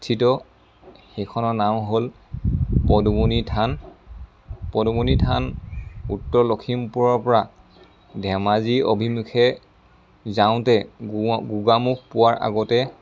স্থিত সেইখনৰ নাম হ'ল পদুমণি থান পদুমণি থান উত্তৰ লখিমপুৰৰ পৰা ধেমাজীৰ অভিমুখে যাওঁতে গোআ গোগামুখ পোৱাৰ আগতে